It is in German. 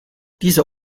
diese